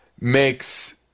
makes